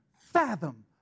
fathom